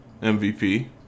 MVP